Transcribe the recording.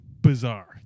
bizarre